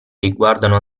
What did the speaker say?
riguardano